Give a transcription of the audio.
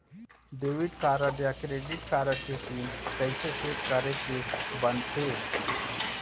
Debit card या credit card के pin कइसे सेट करे के बनते?